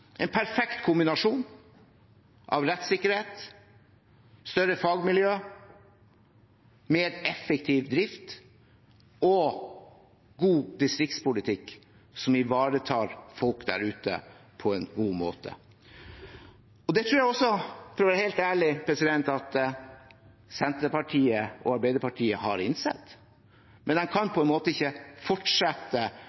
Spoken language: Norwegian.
en perfekt kombinasjon av rettssikkerhet, større fagmiljøer, mer effektiv drift og god distriktspolitikk, som ivaretar folk der ute på en god måte. Det tror jeg, for å være helt ærlig, at også Senterpartiet og Arbeiderpartiet har innsett, men de kan